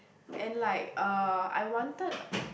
and like uh I wanted